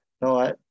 no